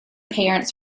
parents